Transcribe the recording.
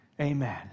Amen